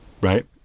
right